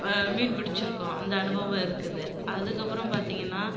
மீன் பிடிச்சிருக்கோம் அந்த அனுபவம் இருக்குது அதுக்கப்புறம் பார்த்தீங்கன்னா